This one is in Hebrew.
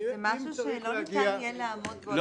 זה משהו שלא ניתן יהיה לעמוד בו,